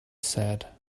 said